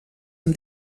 amb